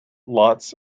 lots